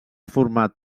format